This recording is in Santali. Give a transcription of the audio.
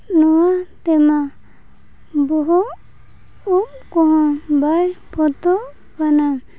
ᱱᱚᱣᱟ ᱛᱮᱢᱟ ᱵᱚᱦᱚᱜ ᱩᱵ ᱠᱚᱦᱚᱸ ᱵᱟᱭ ᱯᱷᱚᱛᱚᱜ ᱠᱟᱱᱟ